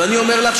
ואני אומר לך,